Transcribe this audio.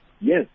Yes